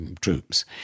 troops